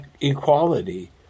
equality